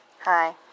Hi